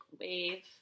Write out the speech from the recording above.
wave